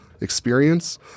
experience